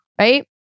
Right